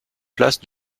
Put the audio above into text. place